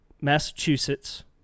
Massachusetts